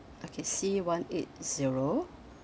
okay C one eight zero